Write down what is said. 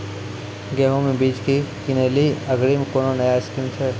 गेहूँ बीज की किनैली अग्रिम कोनो नया स्कीम छ?